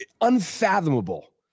unfathomable